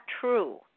true